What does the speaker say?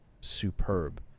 superb